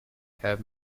have